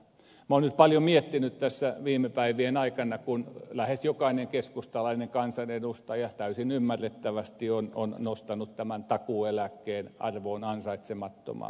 minä olen nyt paljon miettinyt tässä viime päivien aikana kun lähes jokainen keskustalainen kansanedustaja täysin ymmärrettävästi on nostanut tämän takuueläkkeen arvoon ansaitsemattomaan